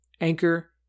Anchor